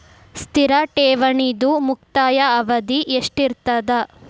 ಸ್ಥಿರ ಠೇವಣಿದು ಮುಕ್ತಾಯ ಅವಧಿ ಎಷ್ಟಿರತದ?